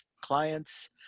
clients